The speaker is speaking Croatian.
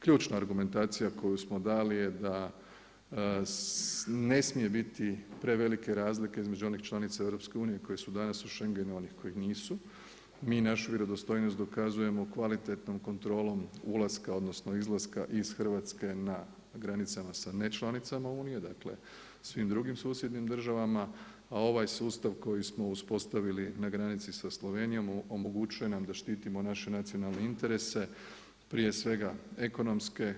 Ključna argumentacija koju smo dali je da ne smije biti prevelike razlike između onih članica EU koje su danas u Schengenu od onih koji nisu, mi našu vjerodostojnost dokazujemo kvalitetnom kontrolom ulaska, odnosno izlaske iz Hrvatske na granicama sa nečlanicama Unije, dakle u svim drugim susjednim državama, a ovaj sustav koji smo uspostavili na granici sa Slovenijom omogućuje nam da štitimo naše nacionalne interese, prije svega ekonomske.